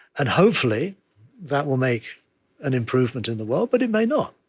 and hopefully that will make an improvement in the world, but it may not.